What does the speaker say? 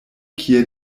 kie